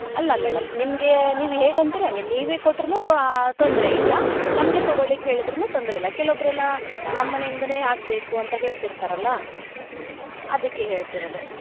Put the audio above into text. ಅಲ್ಲ ಮೇಡಂ ನಿಮಗೇ ನೀವು ಹೇಗೆ ಅಂತೀರಾ ಹಾಗೆ ನೀವೇ ಕೊಟ್ರು ತೊಂದರೆ ಇಲ್ಲ ನಮಗೇ ತೊಗೋಳಿಕ್ಕೆ ಹೇಳಿದ್ರೂ ತೊಂದರೆ ಇಲ್ಲ ಕೆಲ್ವೊಬ್ರೆಲ್ಲ ನಮ್ಮ ಮನೆಯಿಂದನೇ ಆಗಬೇಕು ಅಂತ ಹೇಳ್ತಿರ್ತಾರಲ್ಲ ಅದಕ್ಕೆ ಹೇಳ್ತಿರೋದು